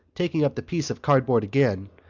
taking up the piece of cardboard again,